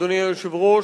אדוני היושב-ראש,